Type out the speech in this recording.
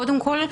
קודם כול,